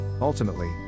Ultimately